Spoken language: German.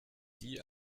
die